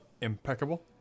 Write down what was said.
impeccable